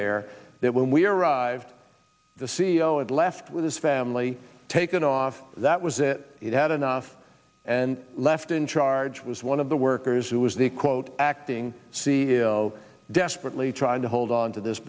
there that when we arrived the c e o is left with his family taken off that was it had enough and left in charge was one of the workers who was the quote acting c e o desperately trying to hold on to this